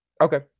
Okay